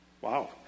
Wow